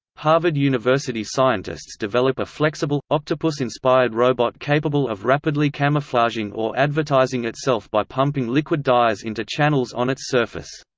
harvard university scientists develop a flexible, octopus-inspired robot capable of rapidly camouflaging or advertising itself by pumping liquid dyes into channels on its surface.